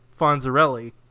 Fonzarelli